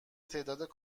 تعداد